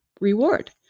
reward